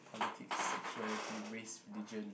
politics sexuality race religion